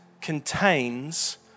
contains